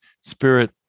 spirit